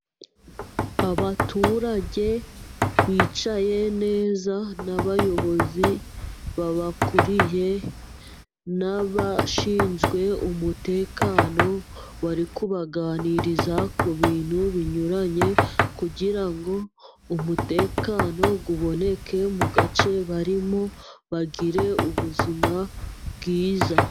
Abaturage bicaye neza n'abayobozi babakuriye n'abashinzwe umutekano, bari kubaganiriza ku bintu binyuranye kugira ngo umutekano uboneke mu gace barimo bagire ubuzima bwiza.